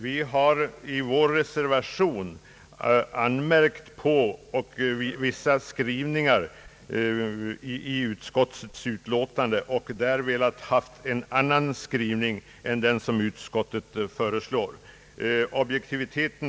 Vi har i vår reservation anmärkt på vissa skrivningar i utskottets utlåtande och önskat ändra desamma.